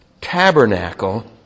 tabernacle